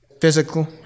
physical